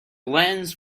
lens